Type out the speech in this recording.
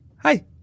Hi